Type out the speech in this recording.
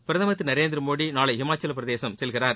பிரதமர் திரு நரேந்திர மோடி நாளை ஹிமாச்சலப் பிரதேசம் செல்கிறார்